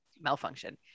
malfunction